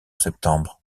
septembre